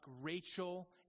Rachel